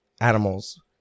animals